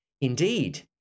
Indeed